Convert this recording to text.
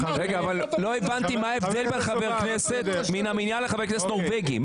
עוד לא הבנתי מה ההבדל בין חבר כנסת מן המניין לבין חבר כנסת נורבגי.